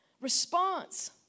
response